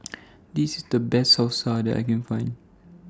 This IS The Best Salsa that I Can Find